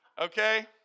Okay